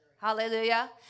Hallelujah